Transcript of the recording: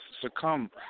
Succumb